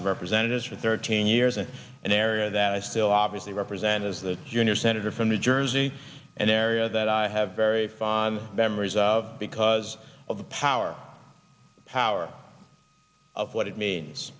of representatives for thirteen years in an area that i still obviously represent as the junior senator from new jersey an area that i have very fond memories of because of the power power of what it means